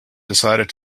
decided